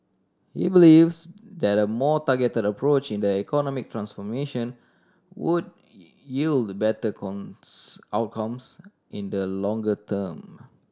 he believes that a more targeted approach in the economic transformation would yield better outcomes in the longer term